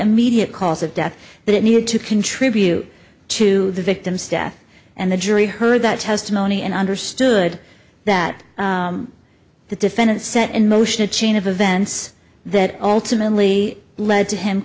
immediate cause of death that it needed to contribute to the victim's death and the jury heard that testimony and understood that the defendant set in motion a chain of events that ultimately led to him